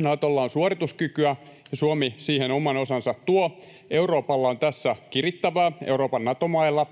Natolla, on suorituskykyä ja Suomi siihen oman osansa tuo. Euroopalla on tässä kirittävää, Euroopan Nato-mailla,